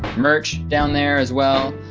merch down there as well.